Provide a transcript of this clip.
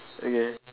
okay